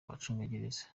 abacungagereza